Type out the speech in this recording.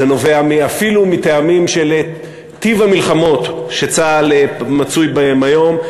זה נובע אפילו מטעמים של טיב המלחמות שצה"ל מצוי בהן היום.